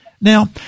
Now